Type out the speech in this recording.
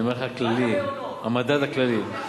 אני אומר "המדד הכללי".